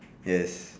yes